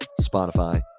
Spotify